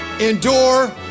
endure